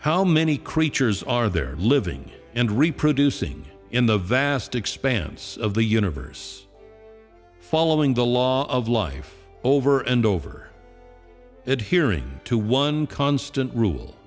how many creatures are there living and reproducing in the vast expanse of the universe following the laws of life over and over adhering to one constant rule